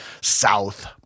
South